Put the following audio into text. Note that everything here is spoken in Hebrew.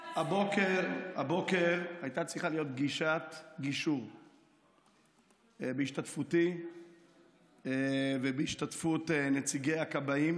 הבוקר הייתה צריכה להיות פגישת גישור בהשתתפותי ובהשתתפות נציגי הכבאים